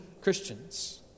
Christians